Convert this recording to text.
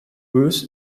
booth